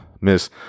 Miss